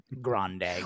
Grande